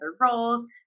roles